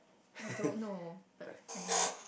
I don't know but